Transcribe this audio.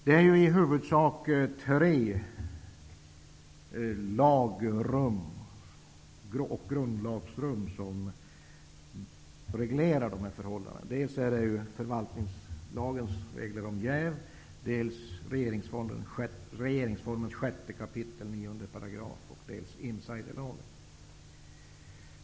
Det är i huvudsak tre lagrum i grundlagen som reglerar dessa förhållanden: förvaltningslagens regler om jäv, 6 kap. 9 § regeringsformen och insiderlagen.